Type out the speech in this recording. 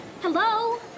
Hello